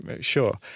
sure